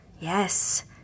Yes